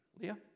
Leah